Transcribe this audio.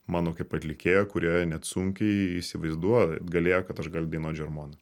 mano kaip atlikėjo kurioje net sunkiai įsivaizduot galėjo kad aš galiu dainuot žermoną